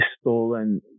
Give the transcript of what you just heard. stolen